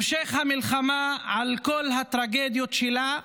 המשך המלחמה, על כל הטרגדיות שלה,